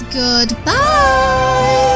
goodbye